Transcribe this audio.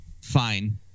fine